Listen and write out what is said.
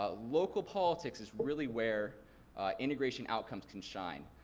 ah local politics is really where integration outcomes can shine.